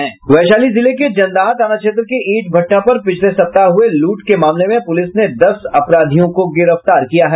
वैशाली जिले के जनदाहा थाना क्षेत्र के ईट भट्टा पर पिछले सप्ताह हुए लूट के मामले में पूलिस ने दस अपराधियों को गिरफ्तार किया है